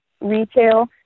retail